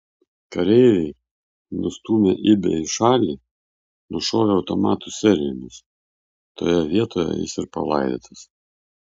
kareiviai nustūmę ibį į šalį nušovė automatų serijomis toje vietoje jis ir palaidotas